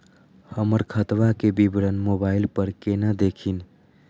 हमर खतवा के विवरण मोबाईल पर केना देखिन?